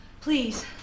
Please